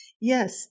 Yes